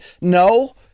No